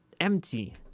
Empty